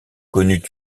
connut